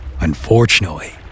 Unfortunately